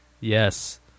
yes